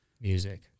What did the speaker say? music